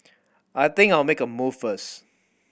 I think I'll make a move first